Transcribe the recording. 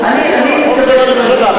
אני מקווה שלא ימשוך.